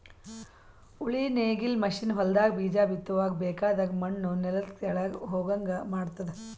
ಉಳಿ ನೇಗಿಲ್ ಮಷೀನ್ ಹೊಲದಾಗ ಬೀಜ ಬಿತ್ತುವಾಗ ಬೇಕಾಗದ್ ಮಣ್ಣು ನೆಲದ ತೆಳಗ್ ಹೋಗಂಗ್ ಮಾಡ್ತುದ